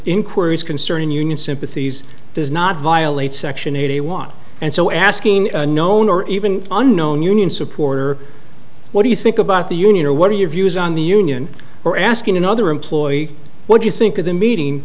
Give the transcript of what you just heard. inquiries concerning union sympathies does not violate section eighty one and so asking a known or even unknown union supporter what do you think about the union or what are your views on the union or asking another employee what do you think of the meeting